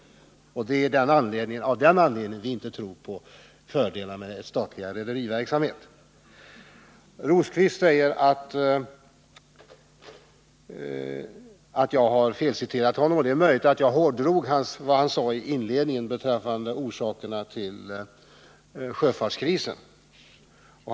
Det är av den anledningen vi inte tror på några fördelar med en statlig rederiverksamhet. Birger Rosqvist säger att jag felciterade honom. Det är möjligt att jag hårdrog vad han sade i inledningen av sitt anförande beträffande orsakerna till sjöfartskrisen.